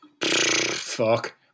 Fuck